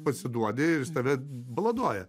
pasiduodi jis tave baladoja